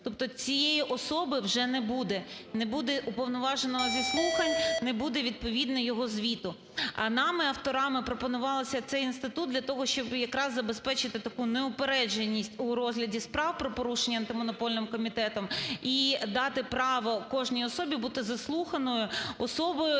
Тобто цієї особи вже не буде, не буде уповноваженого зі слухань, не буде відповідно його звіту. Нами, авторами, пропонувався цей інститут для того, щоб якраз забезпечити таку неупередженість у розгляді справ про порушення Антимонопольним комітетом, і дати право кожній особі бути заслуханою особою,